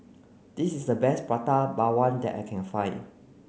this is the best Prata Bawang that I can find